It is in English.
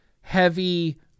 heavy